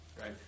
right